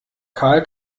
karl